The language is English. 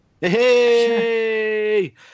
Hey